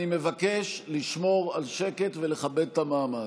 אני מבקש לשמור על שקט ולכבד את המעמד.